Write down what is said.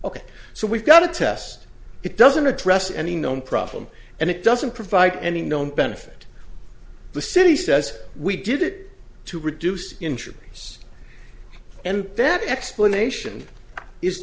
ok so we've got a test it doesn't address any known problem and it doesn't provide any known benefit the city says we did it to reduce injuries and that explanation is